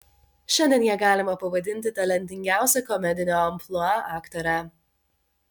šiandien ją galima pavadinti talentingiausia komedinio amplua aktore